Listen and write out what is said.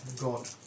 god